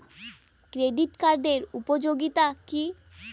Credit কার্ডের উপযোগিতা কি?